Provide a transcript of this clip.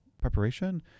preparation